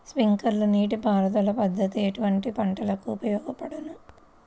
Sprinkler నీటిపారుదల పద్దతి ఎటువంటి పంటలకు ఉపయోగపడును?